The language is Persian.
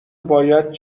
باید